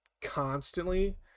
constantly